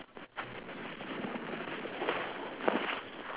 around like seventy I think